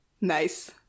Nice